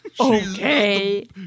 Okay